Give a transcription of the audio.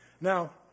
Now